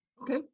Okay